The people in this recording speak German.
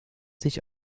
sich